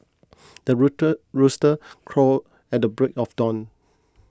the rooter rooster crow at the break of dawn